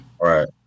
right